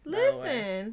listen